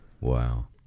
Wow